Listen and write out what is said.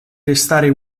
restare